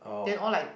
then all like